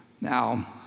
Now